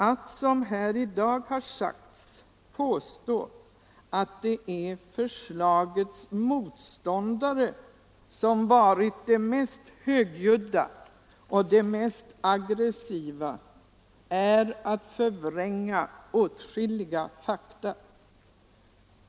Att, som här har skett i dag, påstå att det är förslagets motståndare som varit de mest högljudda och de mest aggressiva är att förvränga åtskilliga fakta.